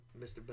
Mr